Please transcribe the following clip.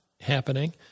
happening